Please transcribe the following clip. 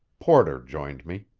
porter joined me.